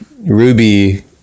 Ruby